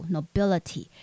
,Nobility